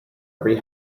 every